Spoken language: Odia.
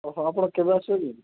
ଓହୋ ଆପଣ କେବେ ଆସିବେ କି